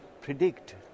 predict